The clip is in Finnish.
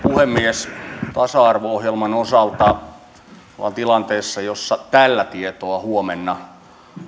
puhemies tasa arvo ohjelman osalta ollaan tilanteessa jossa tällä tietoa huomenna